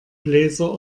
bläser